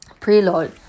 Preload